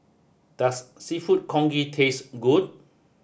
does Seafood Congee taste good